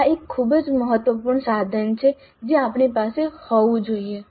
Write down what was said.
આ એક ખૂબ જ મહત્વપૂર્ણ સાધન છે જે આપણી પાસે હોવું જોઈએ